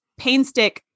painstick